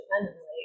independently